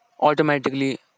Automatically